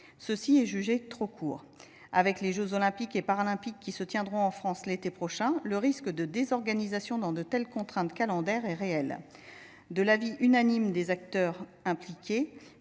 délai est jugé trop court. Avec les jeux Olympiques et Paralympiques qui se tiendront en France l’été prochain, le risque de désorganisation est réel dans de telles contraintes calendaires. De l’avis unanime des acteurs impliqués,